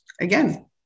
again